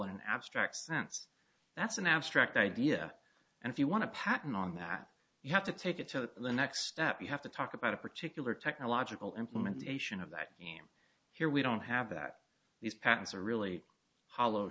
an abstract sense that's an abstract idea and if you want to patent on that you have to take it to the next step you have to talk about a particular technological implementation of that game here we don't have that these patents are really hollow